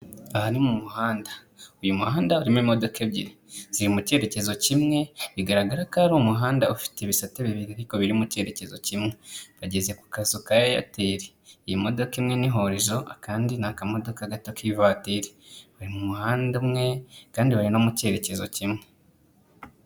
Aha ni mu muhanda, uyu muhanda harimo imodoka ebyiri ziri mu cyerekezo kimwe bigaragara ko ari umuhanda ufite ibisate bibiri ariko biri mu cyerekezo kimwe, bageze ku kazu ka Airtel, iyi modoka imwe ni Horizon akandi ni akamodoka gato k'ivatiri, bari mu muhanda umwe kandi bari no mu cyerekezo kimwe.